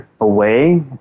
away